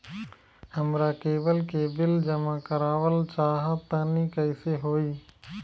हमरा केबल के बिल जमा करावल चहा तनि कइसे होई?